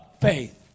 faith